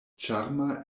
ĉarma